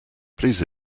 please